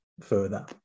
further